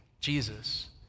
Jesus